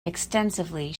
extensively